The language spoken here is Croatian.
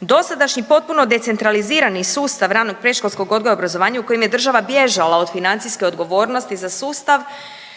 Dosadašnji potpuno decentralizirani sustav ranog predškolskog odgoja u obrazovanju u kojem je država bježala od financijske odgovornosti za sustav